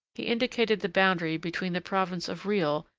he indicated the boundary between the province of real,